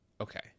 Okay